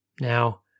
Now